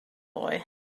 boy